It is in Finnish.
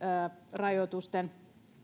rajoitusten